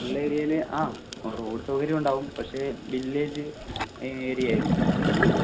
ഉൾ ഏരിയയിൽ ആ റോഡ് സൗകര്യം ഉണ്ടാവും പക്ഷേ വില്ലേജ് അതിന് ഏരിയ ആയിരിക്കും